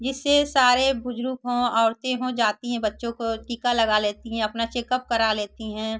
जिससे सारे बुज़ुर्ग हों औरतें हों जाती हैं बच्चों को टीका लगा लेती हैं अपना चेकअप करा लेती हैं